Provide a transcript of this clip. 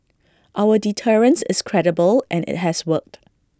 our deterrence is credible and IT has worked